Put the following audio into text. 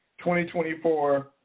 2024